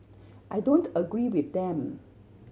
I don't agree with them